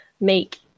make